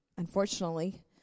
Unfortunately